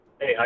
Hey